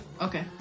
Okay